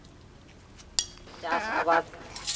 ᱪᱟᱥᱼᱟᱵᱟᱫ